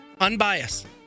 Unbiased